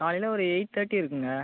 காலையில் ஒரு eight thirty இருக்குங்க